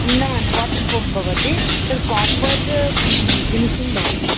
न न water proof भवति तत् कापर् फ़िनिशिङ्ग् भवति